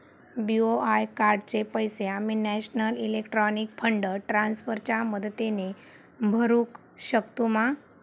BOI कार्डाचे पैसे आम्ही नेशनल इलेक्ट्रॉनिक फंड ट्रान्स्फर च्या मदतीने भरुक शकतू मा?